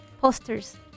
Posters